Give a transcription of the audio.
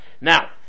Now